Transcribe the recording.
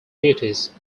duties